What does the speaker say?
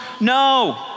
No